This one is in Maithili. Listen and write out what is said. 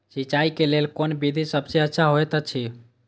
सिंचाई क लेल कोन विधि सबसँ अच्छा होयत अछि?